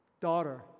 Daughter